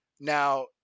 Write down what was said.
now